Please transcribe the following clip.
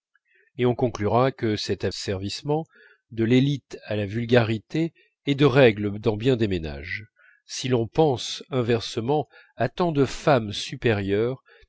et on conclura que cet asservissement de l'élite à la vulgarité est de règle dans bien des ménages si l'on pense inversement à tant de femmes supérieures